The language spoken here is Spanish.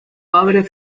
padre